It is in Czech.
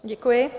Děkuji.